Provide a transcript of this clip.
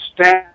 stand